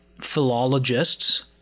philologists